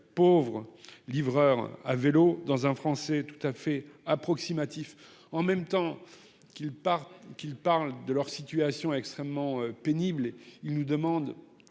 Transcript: pauvres livreurs à vélo dans un français tout à fait approximatif en même temps qu'il part, qu'ils parlent de leur situation extrêmement pénible et ils nous demandent.